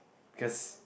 cause